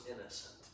innocent